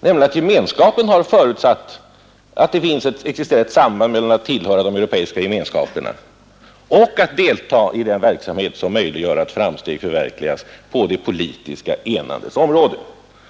nämligen att Gemenskapen har ”förutsatt att det existerade ett samband mellan att tillhöra de europeiska gemenskaperna och att delta i den verksamhet som möjliggör att framsteg förverkligas på det politiska enandets område”.